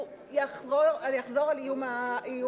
הוא יחזור על איום העיצומים.